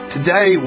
Today